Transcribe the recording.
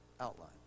Outline